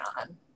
on